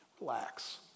Relax